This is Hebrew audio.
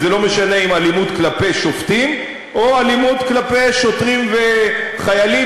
וזה לא משנה אם אלימות כלפי שופטים או אלימות כלפי שוטרים וחיילים,